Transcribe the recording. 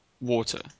water